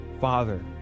father